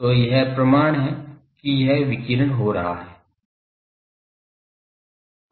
तो यह प्रमाण है कि यह विकिरण हो रहा है